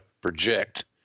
project